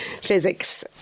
physics